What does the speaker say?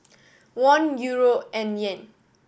Won Euro and Yen